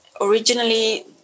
originally